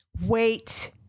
wait